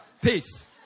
Peace